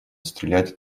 стрелять